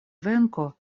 venko